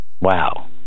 Wow